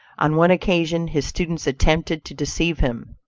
on one occasion his students attempted to deceive him.